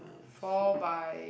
fall by